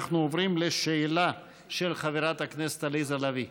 אנחנו עוברים לשאלה של חברת הכנסת עליזה לביא.